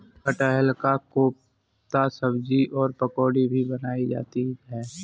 कटहल का कोफ्ता सब्जी और पकौड़ी भी बनाई जाती है